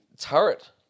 turret